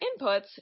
inputs